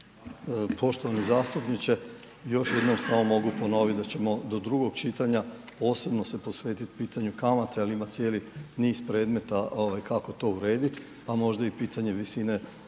Poštovani zastupniče, još jednom mogu samo ponoviti da ćemo do drugog čitanja posebno se posvetiti pitanju kamate ali ima cijeli niz predmeta kako to urediti, pa možda i pitanje visine zakonske